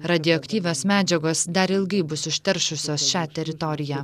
radioaktyvios medžiagos dar ilgai bus užteršusios šią teritoriją